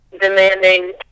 demanding